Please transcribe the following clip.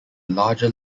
larger